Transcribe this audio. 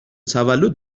تولد